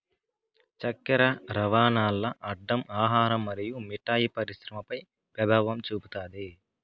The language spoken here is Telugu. చక్కర రవాణాల్ల అడ్డం ఆహార మరియు మిఠాయి పరిశ్రమపై పెభావం చూపుతాది